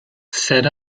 set